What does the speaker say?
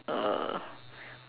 uh